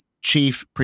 chief